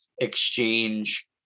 exchange